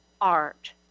art